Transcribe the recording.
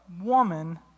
woman